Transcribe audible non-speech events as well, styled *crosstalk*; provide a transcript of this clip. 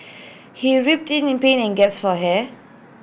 he *unintelligible* in pain and gasped for air